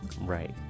Right